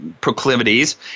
proclivities